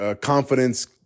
confidence